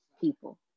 people